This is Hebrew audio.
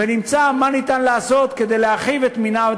ונמצא מה ניתן לעשות כדי להרחיב את מנעד